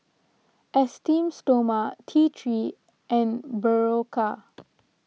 Esteem Stoma T three and Berocca